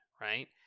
right